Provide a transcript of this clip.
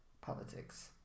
politics